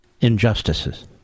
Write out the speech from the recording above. injustices